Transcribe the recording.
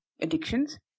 addictions